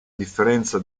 differenza